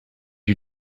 you